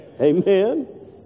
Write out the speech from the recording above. Amen